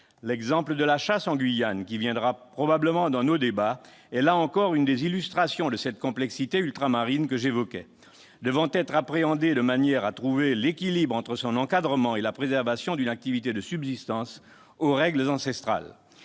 L'exemple de la chasse en Guyane, qui sera probablement évoqué dans nos débats, est une nouvelle illustration de la complexité ultramarine que j'évoquais. Cette pratique doit être appréhendée de manière à trouver l'équilibre entre l'encadrement et la préservation d'une activité de subsistance aux règles ancestrales.